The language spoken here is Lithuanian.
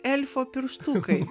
elfo pirštukai